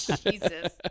Jesus